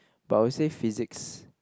but I would say physics